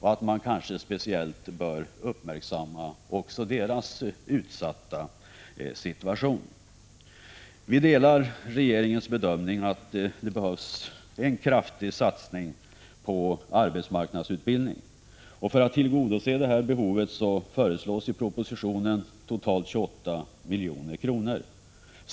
Man bör nog speciellt uppmärksamma även de här kvinnornas utsatta situation. Utskottsmajoriteten delar regeringens bedömning att det behövs en kraftig satsning på arbetsmarknandsutbildning. För att tillgodose detta behov föreslås i propositionen totalt 28 milj.kr.